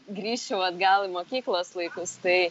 grįšiu atgal į mokyklos laikus tai